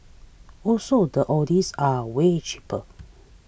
also the oldies are way cheaper